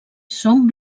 són